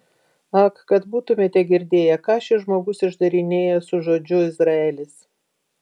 ak kad būtumėte girdėję ką šis žmogus išdarinėja su žodžiu izraelis